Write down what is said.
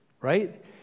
right